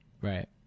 right